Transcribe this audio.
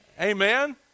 Amen